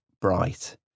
bright